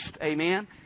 Amen